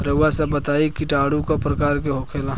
रउआ सभ बताई किटाणु क प्रकार के होखेला?